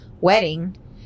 wedding